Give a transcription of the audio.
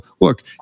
look